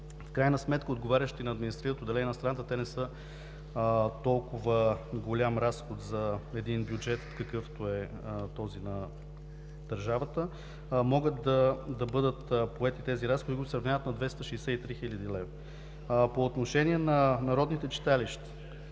в крайна сметка, отговарящи на административното деление на страната, не са толкова голям разход за един бюджет, какъвто е този на държавата, могат да бъдат поети тези разходи, които се равняват на 263 хил. лв. По отношение на народните читалища.